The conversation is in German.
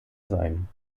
sein